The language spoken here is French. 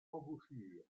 embouchure